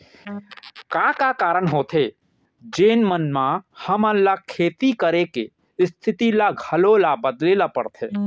का का कारण होथे जेमन मा हमन ला खेती करे के स्तिथि ला घलो ला बदले ला पड़थे?